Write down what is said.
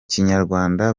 kinyarwanda